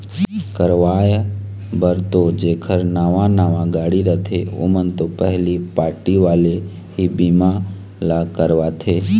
करवाय बर तो जेखर नवा नवा गाड़ी रथे ओमन तो पहिली पारटी वाले ही बीमा ल करवाथे